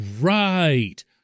right